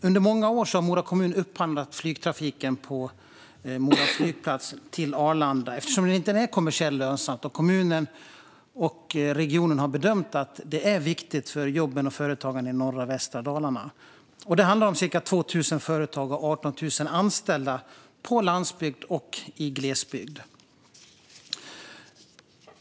Under många år har Mora kommun upphandlat flygtrafiken på Mora flygplats till Arlanda, eftersom den inte är kommersiellt lönsam och eftersom kommunen och regionen har bedömt att det är viktigt för jobben och företagarna i norra och västra Dalarna. Det handlar om ca 2 000 företag och 18 000 anställda på landsbygd och i glesbygd.